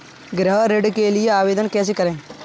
गृह ऋण के लिए आवेदन कैसे करें?